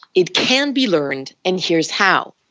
it can be learned and here is how.